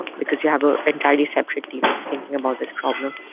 because you have an entirely separate team that's thinking about this problem,